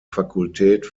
fakultät